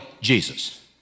Jesus